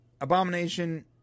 Abomination